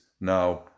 now